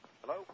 Hello